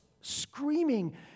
screaming